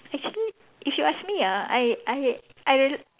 actually if you ask me ah I I I r~